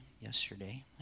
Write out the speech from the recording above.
yesterday